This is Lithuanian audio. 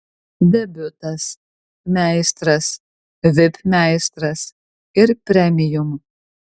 debiutas meistras vip meistras ir premium